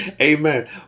Amen